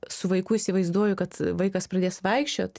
su vaiku įsivaizduoju kad vaikas pradės vaikščiot